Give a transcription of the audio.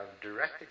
direct